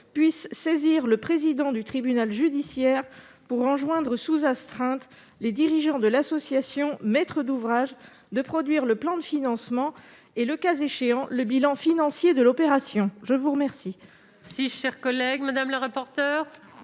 puisse saisir le président du tribunal judiciaire pour enjoindre sous astreinte aux dirigeants de l'association maître d'ouvrage de produire le plan de financement et, le cas échéant, le bilan financier de l'opération. Par cohérence